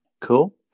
Cool